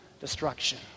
destruction